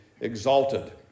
exalted